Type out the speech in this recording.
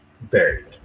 buried